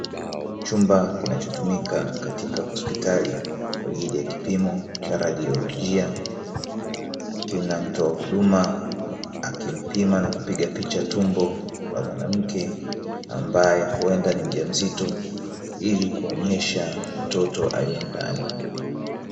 Chumba kinachotumika katika hospitali kwa ajili ya kipimo cha radiolojia, kina mtoa huduma akipima na akipiga picha tumbo la mwanamke ambaye huenda ni mjamzito, ili kuonyeshaa mtoto aliye ndani.